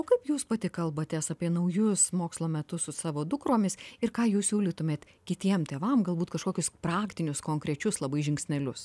o kaip jūs pati kalbatės apie naujus mokslo metus su savo dukromis ir ką jūs siūlytumėt kitiem tėvam galbūt kažkokius praktinius konkrečius labai žingsnelius